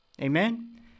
Amen